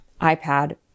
iPad